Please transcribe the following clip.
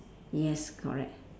yes correct